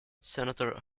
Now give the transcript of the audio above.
senator